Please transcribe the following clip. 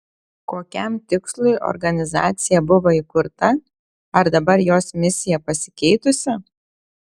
kokiam tikslui organizacija buvo įkurta ar dabar jos misija pasikeitusi